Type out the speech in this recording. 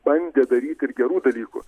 bandė daryt ir gerų dalykų